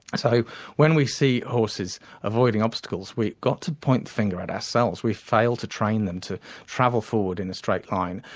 so when we see horses avoiding obstacles, we've got to point the finger at ourselves, we have failed to train them to travel forward in a straight line.